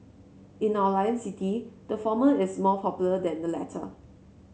in our lion city the former is more popular than the latter